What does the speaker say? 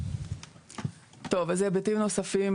אז היבטים נוספים